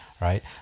right